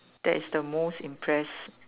that is the most impress